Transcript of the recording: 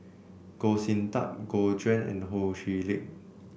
Goh Sin Tub Gu Juan and Ho Chee Lick